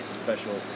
special